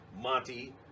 Monty